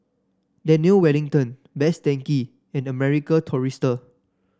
Daniel Wellington Best Denki and the American Tourister